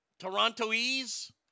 torontoese